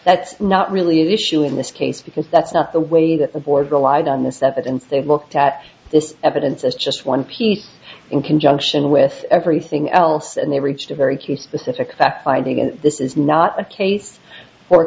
that's not really an issue in this case because that's not the way that the board relied on this evidence they've looked at this evidence as just one piece in conjunction with everything else and they've reached a very cute specific fact finding and this is not a case for